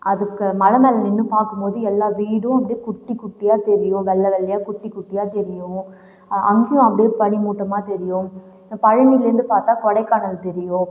அதுக்கு மலை மேலே நின்று பார்க்கும் போது எல்லா வீடும் அப்படியே குட்டிக்குட்டியாக தெரியும் வெள்ளை வெள்ளையாக குட்டிக்குட்டியாக தெரியும் அ அங்கேயும் அப்படியே பனி மூட்டமாக தெரியும் பழனிலேருந்து பார்த்த கொடைக்கானல் தெரியும்